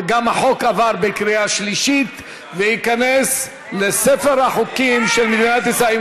וגם החוק עבר בקריאה שלישית וייכנס לספר החוקים של מדינת ישראל.